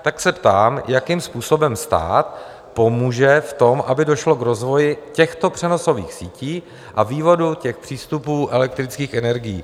Tak se ptám, jakým způsobem stát pomůže v tom, aby došlo k rozvoji těchto přenosových sítí a vývodu těch přístupů elektrických energií?